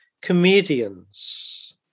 comedians